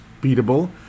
beatable